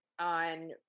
on